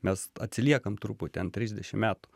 mes atsiliekam truputį ant trisdešim metų